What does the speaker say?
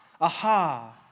Aha